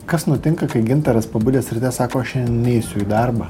kas nutinka kai gintaras pabudęs ryte sako aš šiadien neisiu į darbą